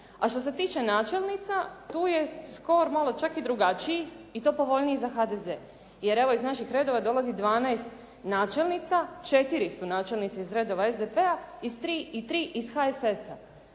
A što se tiče načelnica, tu je skor malo čak i drugačiji i to povoljniji za HDZ. Jer evo, iz naših redova dolazi 12 načelnica, 4 su načelnice iz redova SDP-a i 3 iz HSS-a.